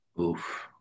Oof